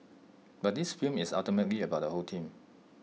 but this film is ultimately about the whole team